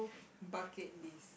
bucket list